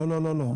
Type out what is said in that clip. לא, לא, לא.